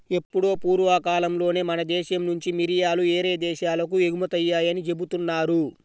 ఎప్పుడో పూర్వకాలంలోనే మన దేశం నుంచి మిరియాలు యేరే దేశాలకు ఎగుమతయ్యాయని జెబుతున్నారు